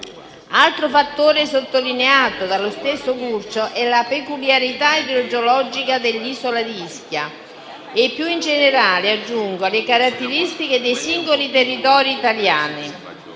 Altro fattore sottolineato dallo stesso Curcio è la peculiarità idrogeologica dell'isola di Ischia e più in generale - aggiungo - le caratteristiche dei singoli territori italiani.